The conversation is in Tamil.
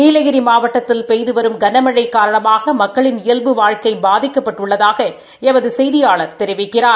நீலகிரி மாவட்டத்தில் பெய்து வரும் கனமழை காரணமாக மக்களின் இயல்வு வாழ்க்கை பாதிக்கப்பட்டுள்ளதாக எமது செய்தியாளர் தெரிவிக்கிறார்